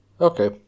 Okay